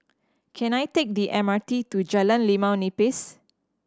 can I take the M R T to Jalan Limau Nipis